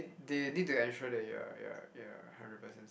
they need to ensure that you are you are you are hundred percent